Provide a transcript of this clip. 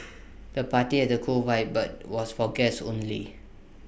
the party had A cool vibe but was for guests only